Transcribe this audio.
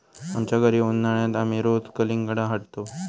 आमच्या घरी उन्हाळयात आमी रोज कलिंगडा हाडतंव